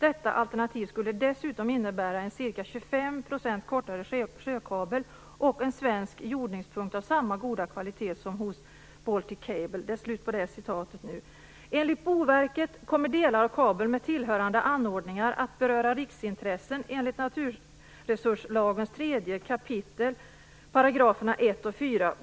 Detta alternativ skulle dessutom innebära en ca 25 % kortare sjökabel och en svensk jordningspunkt av samma goda kvalitet som hos Baltic Cable." Enligt Boverket kommer delar av kabeln med tillhörande anordningar att beröra riksintressen enligt naturresurslagen 3 kap. 1 § och 4 §.